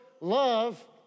Love